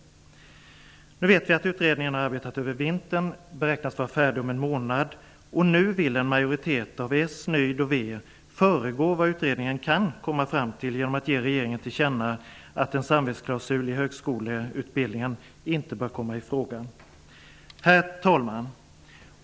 Utredningen, som arbetat under vintern, beräknas vara färdig om en månad. Nu vill en majoritet bestående av socialdemokrater, nydemokrater och vänsterpartister föregå vad utredningen kan komma fram till genom att ge regeringen till känna att en samvetsklausul i högskoleutbildningen inte bör komma i fråga. Herr talman!